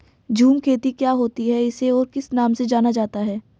झूम खेती क्या होती है इसे और किस नाम से जाना जाता है?